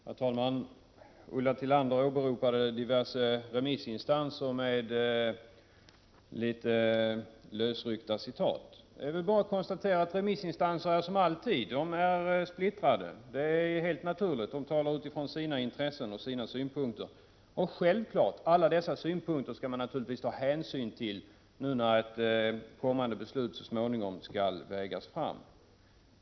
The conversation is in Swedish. Herr talman! Ulla Tillander åberopade diverse remissinstanser med några lösryckta citat. Jag vill bara konstatera att remissinstanserna som alltid är splittrade — helt naturligt. De talar utifrån sina intressen och synpunkter. Och alla dessa synpunkter skall man naturligtvis ta hänsyn till, när ett beslut skall vägas fram.